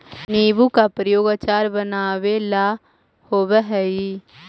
नींबू का प्रयोग अचार बनावे ला होवअ हई